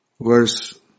verse